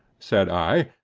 said i,